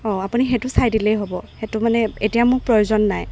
অঁ আপুনি সেইটো চাই দিলেই হ'ব সেইটো মানে এতিয়া মোক প্ৰয়োজন নাই